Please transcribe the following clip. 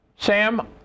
Sam